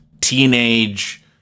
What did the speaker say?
teenage